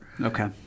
okay